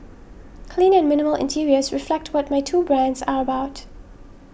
clean and minimal interiors reflect what my two brands are about